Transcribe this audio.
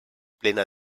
plena